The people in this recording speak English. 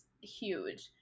huge